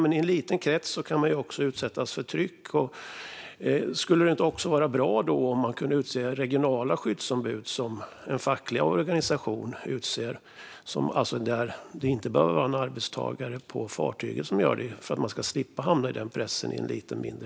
Men i en liten krets kan man utsättas för tryck. Skulle det då inte vara bra om en facklig organisation kunde utse regionala skyddsombud? Då är det alltså inte en arbetstagare på fartyget som är det. Tanken är att man ska slippa känna press i en mindre grupp.